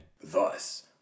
Thus